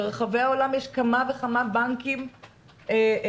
ברחבי העולם יש כמה וכמה בנקים קיימים,